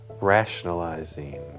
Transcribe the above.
rationalizing